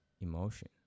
emotion